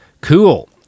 Cool